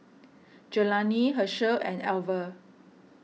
Jelani Hershel and Alver